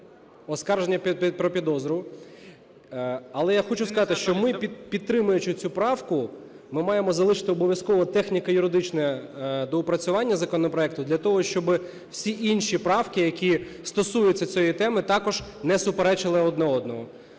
скарження про підозру, але я хочу сказати, що ми, підтримуючи цю правку, ми маємо залишити обов'язково техніко-юридичне доопрацювання законопроекту для того, щоби всі інші правки, які стосуються цієї теми, також не суперечили одна одній.